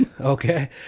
Okay